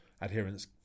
adherence